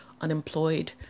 unemployed